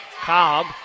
Cobb